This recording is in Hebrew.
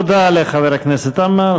תודה לחבר הכנסת עמאר.